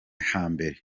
hambere